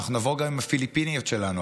אנחנו נבוא גם עם פיליפיניות שלנו,